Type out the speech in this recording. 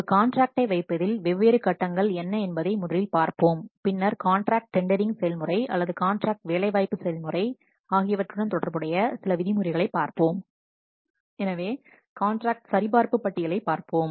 ஒரு காண்ட்ராக்ட்டை வைப்பதில் வெவ்வேறு கட்டங்கள் என்ன என்பதை முதலில் பார்ப்போம் பின்னர் காண்ட்ராக்ட் டெண்டரிங் செயல்முறை அல்லது காண்ட்ராக்ட் வேலைவாய்ப்பு செயல்முறை ஆகியவற்றுடன் தொடர்புடைய சில விதிமுறைகளைப் பார்ப்போம் எனவே காண்ட்ராக்ட் சரிபார்ப்புபட்டியலைப் பார்ப்போம்